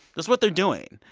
that's what they're doing.